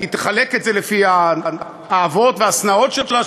היא תחלק את זה לפי האהבות והשנאות שלה,